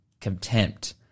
contempt